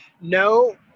no